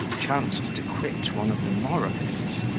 chanced to quit one of the moralists,